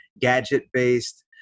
gadget-based